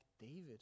David